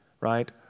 Right